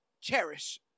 cherish